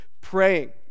praying